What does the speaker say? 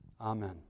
Amen